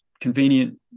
convenient